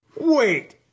Wait